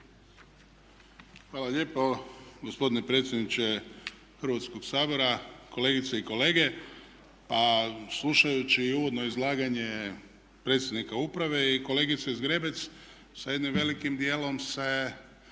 Hvala lijepo gospodine predsjedniče Hrvatskoga sabora, kolegice i kolege. Slušajući i uvodno izlaganje predsjednika uprave i kolegice Zgrebec sa jednim velikim dijelom se,